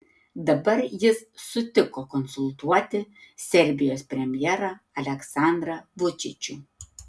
dabar jis sutiko konsultuoti serbijos premjerą aleksandrą vučičių